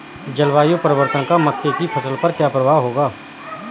जलवायु परिवर्तन का मक्के की फसल पर क्या प्रभाव होगा?